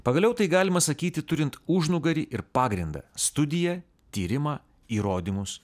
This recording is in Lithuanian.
pagaliau tai galima sakyti turint užnugarį ir pagrindą studiją tyrimą įrodymus